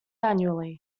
annually